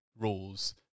rules